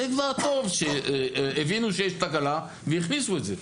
הבינו שיש תקלה והכניסו את זה.